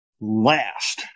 last